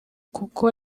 kuko